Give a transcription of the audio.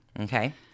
Okay